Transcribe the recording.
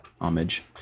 homage